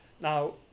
Now